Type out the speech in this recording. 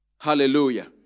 Hallelujah